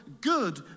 good